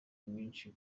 mwinshi